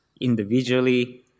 individually